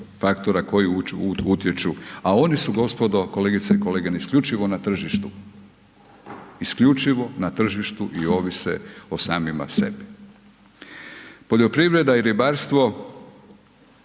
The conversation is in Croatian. faktora koji utječe a oni su gospodo, kolegice i kolege, isključivo na tržištu, isključivo na tržištu i ovise o samima sebi. Poljoprivreda i ribarstvo